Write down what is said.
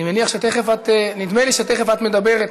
אני מניח שתכף את, נדמה לי שתכף את מדברת.